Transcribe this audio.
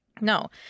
no